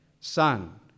son